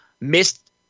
missed